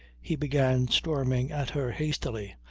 he began storming at her hastily.